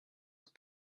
his